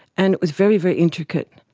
and it was very, very intricate.